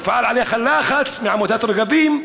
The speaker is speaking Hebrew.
הופעל עליך לחץ מעמותת רגבים,